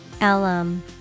alum